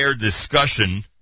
discussion